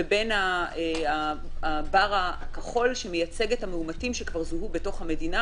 ובין הבר הכחול שמייצג את המאומתים שכבר זוהו במדינה,